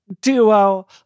Duo